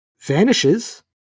vanishes